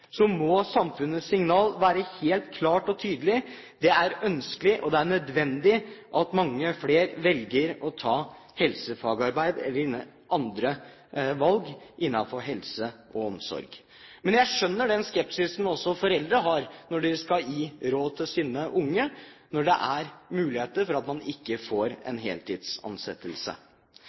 være helt klart og tydelig: Det er ønskelig og det er nødvendig at mange flere velger å ta helsefagarbeid eller andre valg innenfor helse og omsorg. Men jeg skjønner også den skepsisen foreldre har når de skal gi råd til sine unge, når det er muligheter for at man ikke får en heltidsansettelse.